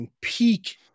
peak